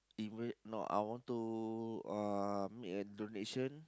even no I want to uh make a donation